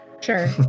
sure